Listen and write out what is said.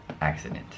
accident